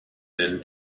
then